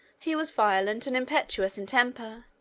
he was violent and impetuous in temper,